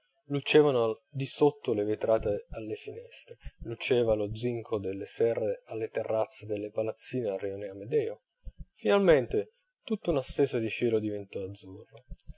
la luce si allargò lucevano disotto le vetrate alle finestre luceva lo zinco delle serre alle terrazze delle palazzine al rione amedeo finalmente tutta una stesa di cielo diventò azzurra